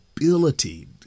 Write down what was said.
ability